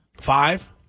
Five